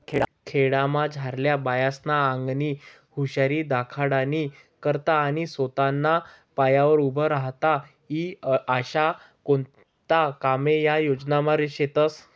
खेडामझारल्या बायास्ना आंगनी हुशारी दखाडानी करता आणि सोताना पायावर उभं राहता ई आशा कोणता कामे या योजनामा शेतस